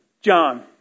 John